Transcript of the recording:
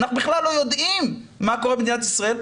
אנחנו בכלל לא יודעים מה קורה במדינת ישראל.